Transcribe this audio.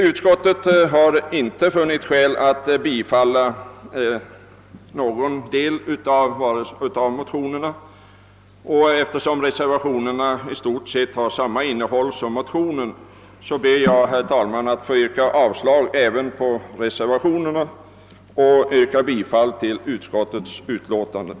Utskottet har inte funnit skäl att bifalla någon del av motionerna, och eftersom reservationerna i stort sett har samma innehåll som dessa ber jag, herr talman, att få yrka bifall till utskottets hemställan.